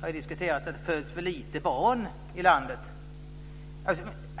har ju diskuterats att det föds för få barn i landet.